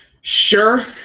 Sure